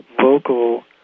vocal